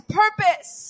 purpose